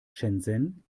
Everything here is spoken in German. shenzhen